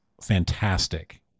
fantastic